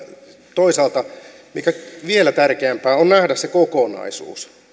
toisaalta vielä tärkeämpää on nähdä se kokonaisuus